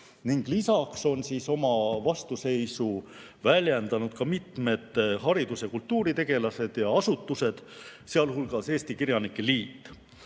Lisaks on oma vastuseisu väljendanud mitmed haridus‑ ja kultuuritegelased ja asutused, sealhulgas Eesti Kirjanike Liit.